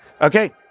Okay